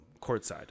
courtside